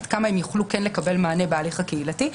עד כמה הם כן יוכלו לקבל מענה בהליך הקהילתי.